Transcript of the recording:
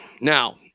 Now